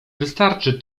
wystarczy